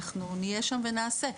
נהיה שם ונעשה.